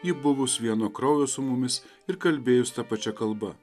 jį buvus vieno kraujo su mumis ir kalbėjus ta pačia kalba